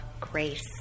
grace